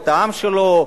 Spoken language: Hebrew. את העם שלו,